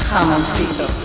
Jamoncito